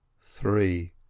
three